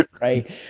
right